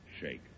Shake